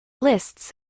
lists